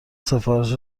سفارش